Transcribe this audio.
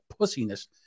pussiness